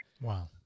Wow